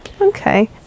Okay